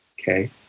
okay